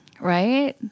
Right